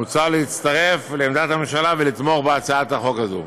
מוצע להצטרף לעמדת הממשלה ולתמוך בהצעת חוק זו.